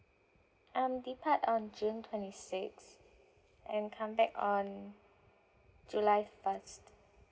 um depart on june twenty sixth and come back on july first